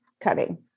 cutting